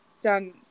done